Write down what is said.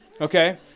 Okay